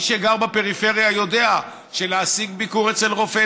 מי שגר בפריפריה יודע שלהשיג ביקור אצל רופא